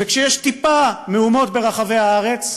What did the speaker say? וכשיש טיפה מהומות ברחבי הארץ,